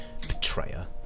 betrayer